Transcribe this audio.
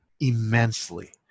immensely